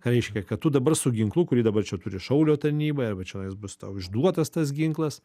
reiškia kad tu dabar su ginklu kurį dabar čia turi šaulio tarnyboje arba čionais bus tau išduotas tas ginklas